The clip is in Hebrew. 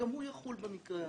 וגם הוא יחול במקרה הזה.